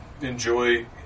enjoy